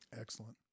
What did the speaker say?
Excellent